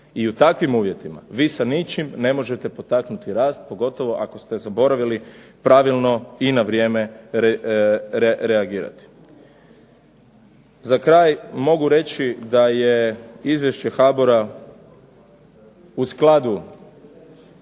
I u takvim uvjetima vi sa ničim ne možete potaknuti rast pogotovo ako ste zaboravili pravilno i na vrijeme reagirati. Za kraj mogu reći da je izvjšće HBOR-a u skladu